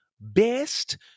best